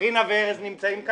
רינה וארז נמצאים כאן,